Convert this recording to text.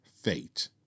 fate